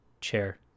chair